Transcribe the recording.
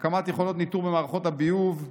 הקמת יכולות ניטור במערכות הביוב,